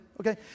okay